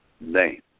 name